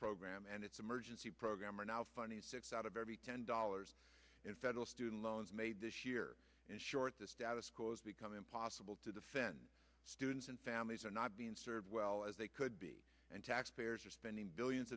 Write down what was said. program and its emergency program are now funny six out of every ten dollars in federal student loans made this year in short the status quo has become impossible to defend students and families are not being served well as they could be and taxpayers are spending billions